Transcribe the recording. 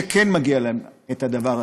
שכן מגיע להם את הדבר הזה.